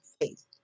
faith